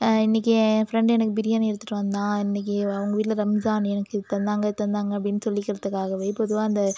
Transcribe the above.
இன்னைக்கு ஏன் ஃப்ரெண்டு எனக்கு பிரியாணி எடுத்துகிட்டு வந்தான் இன்னைக்கு அவங்க வீட்டில் ரம்ஜான் எனக்கு இது தந்தாங்க அது தந்தாங்க அப்படின்னு சொல்லிக்கிறதுக்காகவே பொதுவாக அந்த